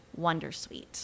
wondersuite